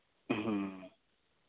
ᱦᱮᱸ